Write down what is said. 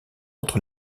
entre